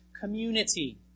community